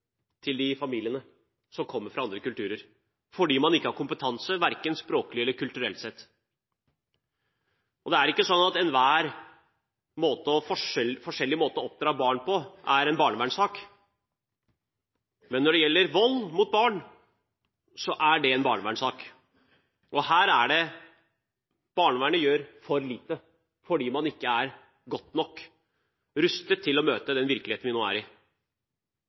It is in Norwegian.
til de familiene som kommer fra andre kulturer, fordi det ikke har kompetanse, verken språklig eller kulturelt sett. Det er ikke sånn at enhver annerledes måte å oppdra barn på er en barnevernssak. Men når det gjelder vold mot barn, er det en barnevernssak. Her gjør barnevernet for lite, fordi man ikke er godt nok rustet til å møte den virkeligheten vi nå har. Jeg er